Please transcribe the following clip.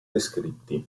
descritti